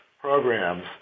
programs